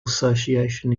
association